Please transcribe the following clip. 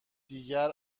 دیگر